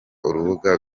urubuga